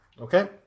Okay